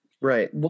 Right